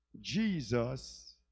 Jesus